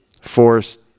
forced